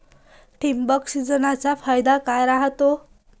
ठिबक सिंचनचा फायदा काय राह्यतो?